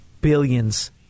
billions